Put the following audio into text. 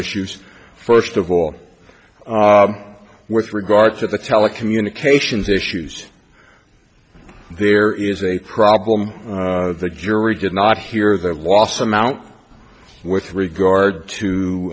issues first of all with regard to the telecommunications issues there is a problem the jury did not hear their last amount with regard to